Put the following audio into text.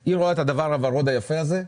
היא רואה את הדבר הוורוד היפה הזה,